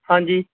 ਹਾਂਜੀ